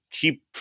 keep